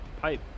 pipe